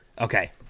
Okay